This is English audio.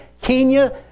Kenya